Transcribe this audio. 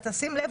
תשים לב,